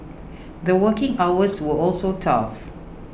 the working hours were also tough